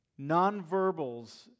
Nonverbals